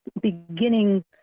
beginning